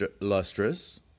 lustrous